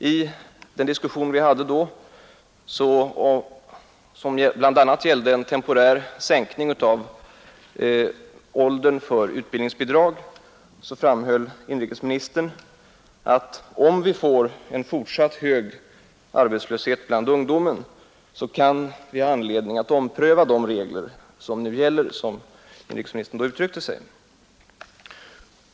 I den diskussion vi hade då, som bl.a. gällde en temporär sänkning av åldern för utbildningsbidrag, framhöll inrikesministern att om vi får en fortsatt hög arbetslöshet bland ungdomen, så kan vi ha anledning att ompröva de regler som nu gäller, som inrikesministern då uttryckte sig.